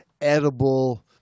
edible